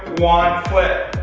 one,